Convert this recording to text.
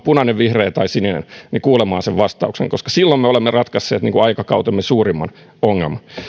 punainen vihreä tai sininen niin matkustan vaikka maailman ääriin kuulemaan sen vastauksen koska silloin me olemme ratkaisseet aikakautemme suurimman ongelman